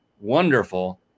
wonderful